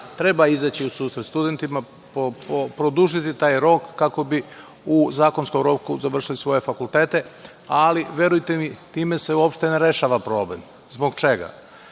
treba izaći u susret studentima, produžiti taj rok kako bi u zakonskom roku završili svoje fakultete, ali verujte mi, time se uopšte ne rešava problem. Zbog čega?